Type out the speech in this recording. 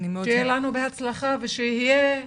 שיהיה לנו בהצלחה ושיהיה בהחלמה.